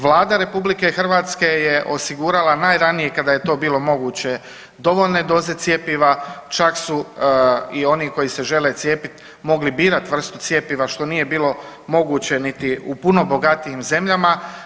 Vlada RH je osigurala najranije kada je to bilo moguće dovoljne doze cjepiva, čak su i oni koji se žele cijepit mogli birat vrstu cjepiva što nije bilo moguće niti u puno bogatijim zemljama.